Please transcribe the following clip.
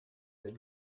that